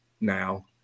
now